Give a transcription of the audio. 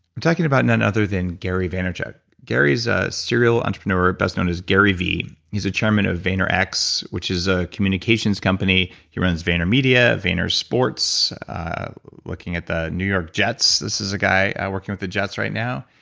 i'm talking about no other than gary vaynerchuk gary's a serial entrepreneur best known as gary v. he's a chairman of vayner x, which is a communications company. he runs vayner media, vayner sports looking at the new york jets. this is a guy out working with the jets right now,